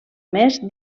més